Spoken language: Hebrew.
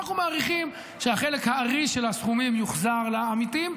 אנחנו מעריכים שחלק הארי של הסכומים יוחזר לעמיתים,